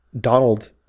Donald